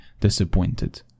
disappointed